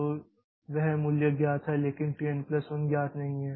तो वह मूल्य ज्ञात है लेकिन t n प्लस 1 ज्ञात नहीं है